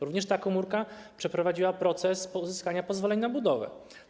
Również ta komórka przeprowadziła proces pozyskania pozwoleń na budowę.